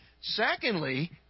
secondly